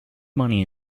money